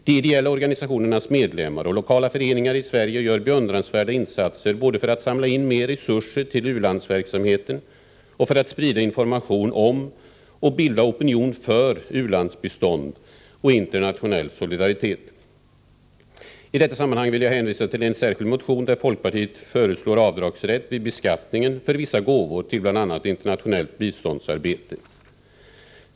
De ideella organisationernas medlemmar och lokala föreningar i Sverige gör beundransvärda insatser både för att samla in mer resurser till ulandsverksamheten och för att sprida information om och bilda opinion för u-landsbistånd och internationell solidaritet. I detta sammanhang vill jag hänvisa till en särskild motion, där folkpartiet föreslår avdragsrätt vid beskattningen för vissa gåvor till bl.a. internationellt biståndsarbete.